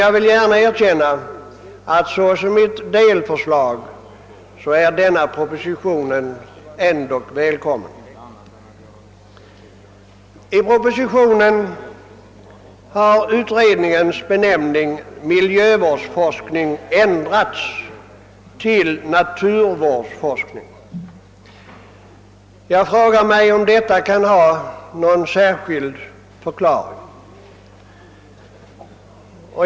Jag vill dock gärna erkänna att denna proposition ändå är välkommen såsom ett delförslag. I propositionen har utredningens benämning »miljövårdsforskning» ändrats till »naturvårdsforskning». Jag frågar mig om detta kan ha någon särskild förklaring.